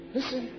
Listen